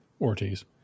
Ortiz